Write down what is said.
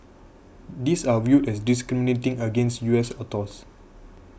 these are viewed as discriminating against U S autos